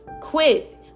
quit